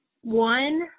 One